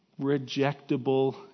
rejectable